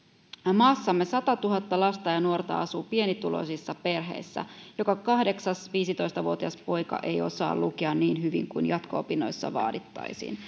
maassamme satatuhatta lasta ja nuorta asuu pienituloisissa perheissä joka kahdeksas viisitoista vuotias poika ei osaa lukea niin hyvin kuin jatko opinnoissa vaadittaisiin